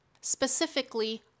Specifically